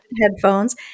headphones